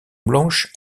blanche